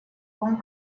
вам